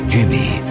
Jimmy